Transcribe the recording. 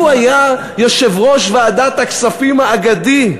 הוא היה יושב-ראש ועדת הכספים האגדי.